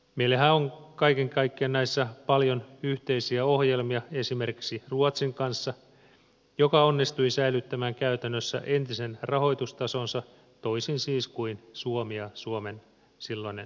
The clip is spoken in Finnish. meillähän on kaiken kaikkiaan näissä paljon yhteisiä ohjelmia esimerkiksi ruotsin kanssa joka onnistui säilyttämään käytännössä entisen rahoitustasonsa toisin siis kuin suomi ja suomen silloinen hallitus